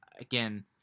again